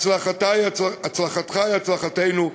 הצלחתך היא הצלחתנו.